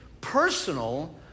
personal